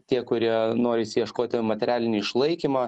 tie kurie nori išsiieškoti materialinį išlaikymą